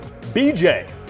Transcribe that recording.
BJ